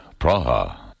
Praha